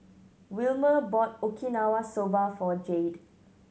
Wilmer bought Okinawa Soba for Jayde